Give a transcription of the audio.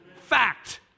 Fact